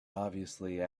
obviously